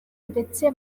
ndetse